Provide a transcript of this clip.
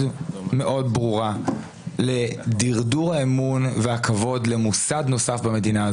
מאוד ברורה לדרדור האמון והכבוד למוסד נוסף במדינה.